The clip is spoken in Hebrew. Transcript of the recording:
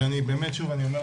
ושוב אני אומר,